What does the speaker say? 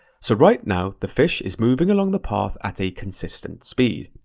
so right now the fish is moving along the path at a consistent speed.